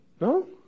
No